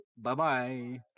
bye-bye